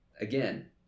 again